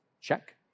Check